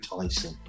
Tyson